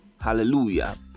Hallelujah